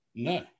No